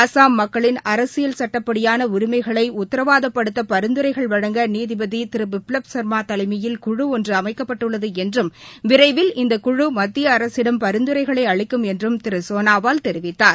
அசாம் மக்களின் அரசியல் சட்டப்படியான உரிமைகளை உத்தரவாதப் படுத்த பரிந்துரைகள் வழங்க நீதிபதி திரு பிப்லப் சர்மா தலைமையில் குழு ஒன்று அமைக்கப்பட்டுள்ளது என்றும் விரைவில் இந்தக் குழு மத்திய அரசிடம் பரிந்துரைகளை அளிக்கும் என்றும் திரு சோனாவால் தெரிவித்தார்